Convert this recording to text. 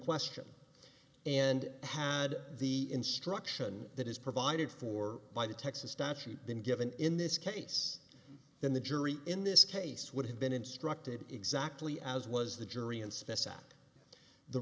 question and had the instruction that is provided for by the texas statute then given in this case then the jury in this case would have been instructed exactly as was the